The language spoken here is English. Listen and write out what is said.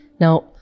Now